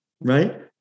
right